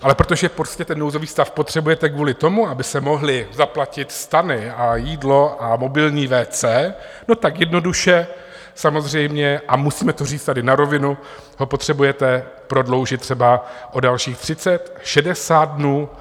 Ale protože prostě ten nouzový stav potřebujete kvůli tomu, aby se mohly zaplatit stany, jídlo a mobilní WC, no tak jednoduše samozřejmě, a musíme to říct tady na rovinu, ho potřebujete prodloužit třeba o dalších 30, 60 dnů?